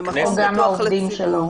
זה הנשיא בעצמו או גם העובדים שלו?